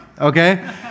Okay